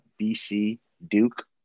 BC-Duke